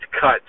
cut